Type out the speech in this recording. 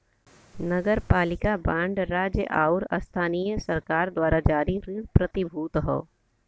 नगरपालिका बांड राज्य आउर स्थानीय सरकार द्वारा जारी ऋण प्रतिभूति हौ